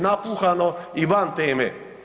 Napuhano i van teme.